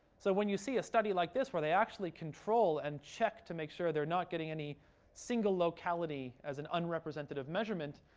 so when you see a study like this where they actually control and check to make sure they're not getting any single locality as an unrepresentative measurement,